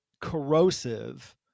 corrosive